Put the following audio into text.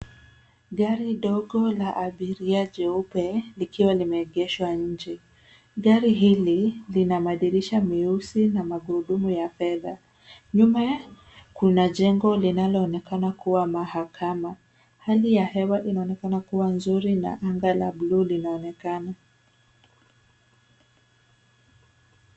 Gari dogo la abiria jeupe likiwa limeegeshwa nje. Gari hili lina madirisha meusi na magurudumu ya fedha. Nyuma kuna jengo linaloonekana kuwa mahakama. Hali ya hewa inaonekana kuwa nzuri na mba la buluu linaoekana.